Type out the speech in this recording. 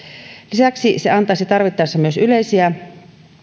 lisäksi se antaisi tarvittaessa myös yleisiä